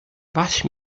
wasch